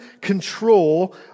control